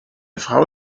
frau